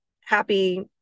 happy